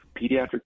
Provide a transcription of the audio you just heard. pediatric